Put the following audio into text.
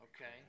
Okay